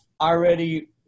already